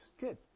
Good